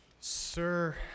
Sir